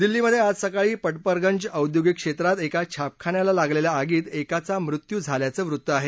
दिल्लीमध्ये आज सकाळी प पिरगंज औद्योगिक क्षेत्रात एका छापखान्याला लागलेल्या आगीत एकाचा मृत्यू झाल्याचं वृत्त आहे